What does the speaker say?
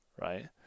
right